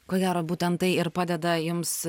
ko gero būtent tai ir padeda jums